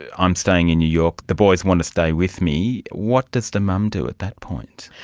i'm staying in new york, the boys want to stay with me what does the mum do at that point?